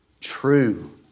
true